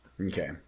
Okay